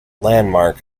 landmark